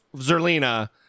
zerlina